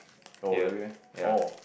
oh really meh oh